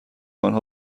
آنها